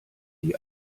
die